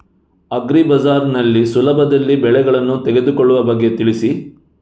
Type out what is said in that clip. agri bazaar ನಲ್ಲಿ ಸುಲಭದಲ್ಲಿ ಬೆಳೆಗಳನ್ನು ತೆಗೆದುಕೊಳ್ಳುವ ಬಗ್ಗೆ ತಿಳಿಸಿ